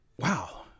Wow